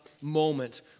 moment